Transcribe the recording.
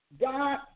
God